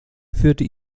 führte